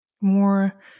more